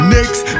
Next